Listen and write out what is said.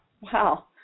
Wow